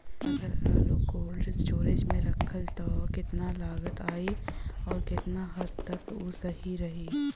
अगर आलू cold storage में रखायल त कितना लागत आई अउर कितना हद तक उ सही रही?